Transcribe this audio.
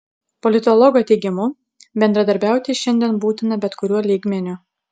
politologo teigimu bendradarbiauti šiandien būtina bet kuriuo lygmeniu